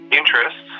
interests